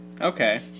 Okay